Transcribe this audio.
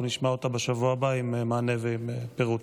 ואנחנו נשמע אותה בשבוע הבא עם מענה ועם פירוט.